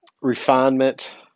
refinement